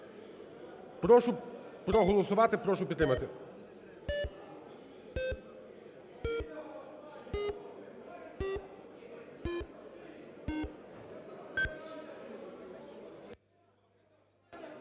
Прошу проголосувати, прошу підтримати.